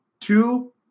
two